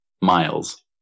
miles